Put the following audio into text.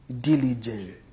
diligent